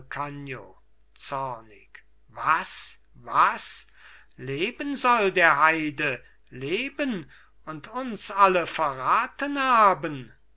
calcagno zornig was was leben soll der heide leben und uns alle verraten haben